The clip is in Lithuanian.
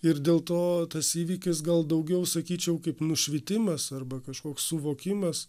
ir dėl to tas įvykis gal daugiau sakyčiau kaip nušvitimas arba kažkoks suvokimas